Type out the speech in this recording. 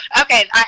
Okay